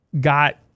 got